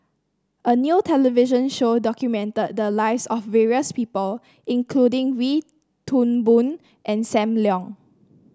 a new television show documented the lives of various people including Wee Toon Boon and Sam Leong